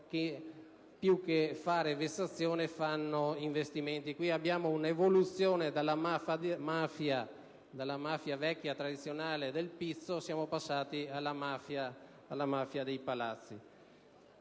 che, più che fare vessazioni, fanno investimenti. Qui abbiamo un'evoluzione: dalla mafia tradizionale del pizzo siamo passati alla mafia degli palazzi.